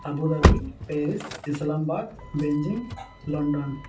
Abu Dhabi Paris Islamabad Beijing London